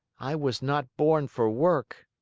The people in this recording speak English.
i was not born for work.